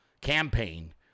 campaign